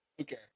okay